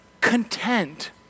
content